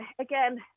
again